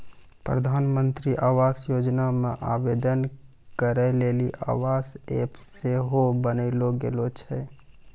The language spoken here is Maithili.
प्रधानमन्त्री आवास योजना मे आवेदन करै लेली आवास ऐप सेहो बनैलो गेलो छै